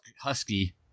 Husky